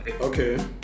Okay